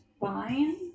fine